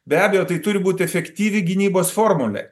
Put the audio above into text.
be abejo tai turi būti efektyvi gynybos formulė